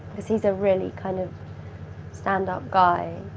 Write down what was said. cause he's a really kind of stand-up guy.